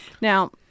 Now